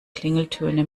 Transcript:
klingeltöne